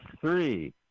three